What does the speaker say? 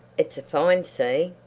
it's a find see?